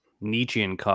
Nietzschean